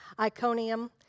Iconium